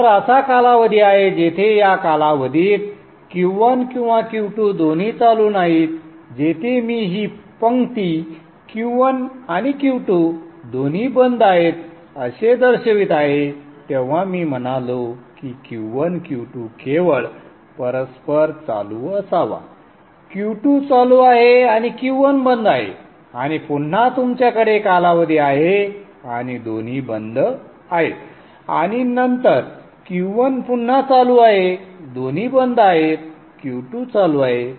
नंतर असा कालावधी आहे जेथे या कालावधीत Q1 किंवा Q2 दोन्ही चालू नाहीत जेथे मी ही पंक्ती Q1 आणि Q2 दोन्ही बंद आहेत असे दर्शवित आहे तेव्हा मी म्हणालो की Q1 Q2 केवळ परस्पर चालू असावा Q2 चालू आहे आणि Q1 बंद आहे आणि पुन्हा तुमच्याकडे कालावधी आहे आणि दोन्ही बंद आहेत आणि नंतर Q1 पुन्हा चालू आहे दोन्ही बंद आहेत Q2 चालू आहे